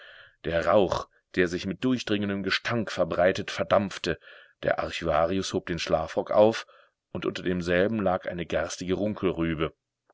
der rauch der sich mit durchdringendem gestank verbreitet verdampfte der archivarius hob den schlafrock auf und unter demselben lag eine garstige runkelrübe